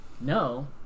no